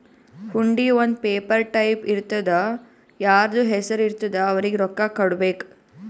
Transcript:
ಹುಂಡಿ ಒಂದ್ paper type ಇರ್ತುದಾ ಯಾರ್ದು ಹೆಸರು ಇರ್ತುದ್ ಅವ್ರಿಗ ರೊಕ್ಕಾ ಕೊಡ್ಬೇಕ್